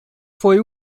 foi